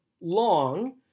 long